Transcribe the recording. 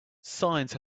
science